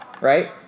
Right